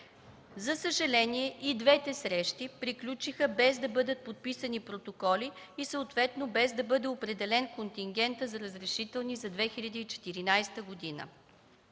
За съжаление, и двете срещи приключиха, без да бъдат подписани протоколи и съответно без да бъде определен контингентът за разрешителни за 2014 г.